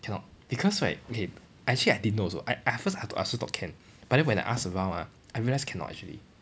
cannot because right okay actually I didn't know also I at first I thought I also thought can but then when I ask around ah I realise cannot actually